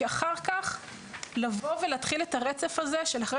כי אחר כך לבוא ולהתחיל את הרצף הזה של אחרי